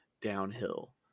downhill